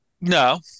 No